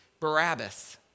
Barabbas